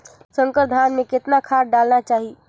संकर धान मे कतना खाद डालना चाही?